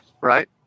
right